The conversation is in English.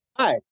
hi